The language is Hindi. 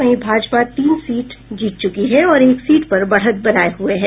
वहीं भाजपा तीन सीट जीत चुकी और एक सीट पर बढ़क बनाये हुये है